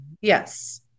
Yes